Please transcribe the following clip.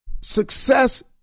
success